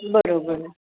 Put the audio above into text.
बरोबर